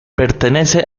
pertenece